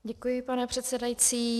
Děkuji, pane předsedající.